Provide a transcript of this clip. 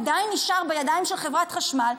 עדיין נשאר בידיים של חברת חשמל,